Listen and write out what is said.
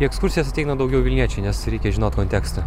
į ekskursijas ateina daugiau vilniečių nes reikia žinot kontekstą